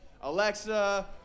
Alexa